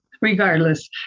Regardless